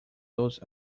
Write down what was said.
those